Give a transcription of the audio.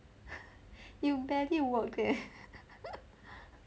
you barely worked leh